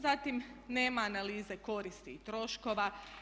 Zatim nema analize koristi i troškova.